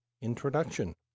Introduction